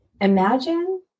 imagine